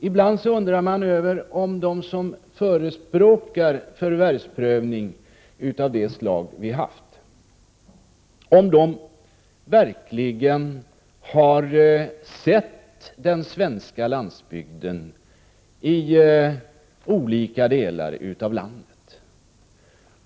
Ibland undrar man över om de som förespråkar förvärvsprövning av det slag vi haft och fortfarande har, verkligen har sett den svenska landsbygden i olika delar av landet.